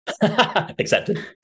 Accepted